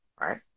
right